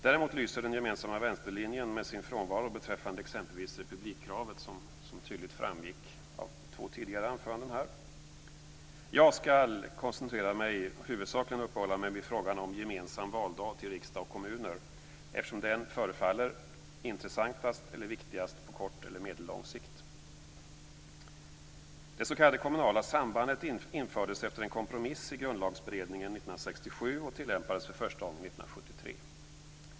Däremot lyser den gemensamma vänsterlinjen med sin frånvaro beträffande exempelvis republikkravet, som tydligt framgick av de två tidigare anförandena. Jag ska koncentrera mig och huvudsakligen uppehålla mig vid frågan om gemensam valdag till riksdag och kommuner eftersom den förefaller intressantast och viktigast på kort eller medellång sikt. Det s.k. kommunala sambandet infördes efter en kompromiss i grundlagsberedningen år 1967 och tillämpades för första gången år 1973.